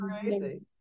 crazy